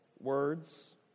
words